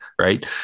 right